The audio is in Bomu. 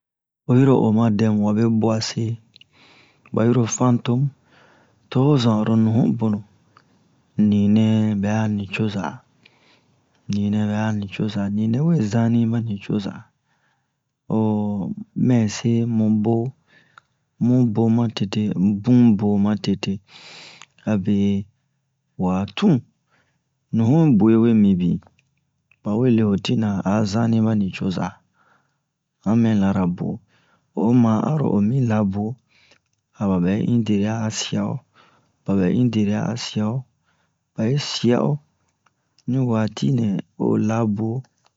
oyiro oma dɛmu wabe bwa se ɓa yiro fantome to ho zan oro nuhun bonu ninɛ ɓɛ a nucoza ninɛ ɓɛ a nucoza ninɛ we zanni ɓa nucoza ho mɛ se mu bo mu bo matete bun bo matete abe wa tun nuhun bwe we mibin ɓa we le ho tina a a zanni ɓa nucoza a mɛ lara buwo o ma aro o mi la buwo aba ɓɛ in deriya aba ɓɛ in deriya a siya o ɓa ɓɛ in deriya a siya o ɓa yi siya o ni waati nɛ o la buwo